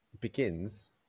Begins